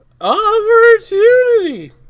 Opportunity